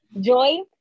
Joy